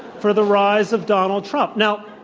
for the rise of donald trump? now,